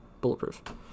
bulletproof